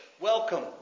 welcome